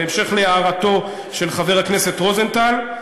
בהמשך להערתו של חבר הכנסת רוזנטל,